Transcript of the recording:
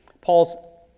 Paul's